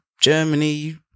Germany